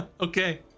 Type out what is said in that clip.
Okay